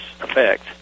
effect